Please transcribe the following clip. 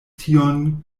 tiun